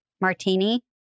martini